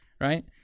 right